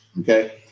Okay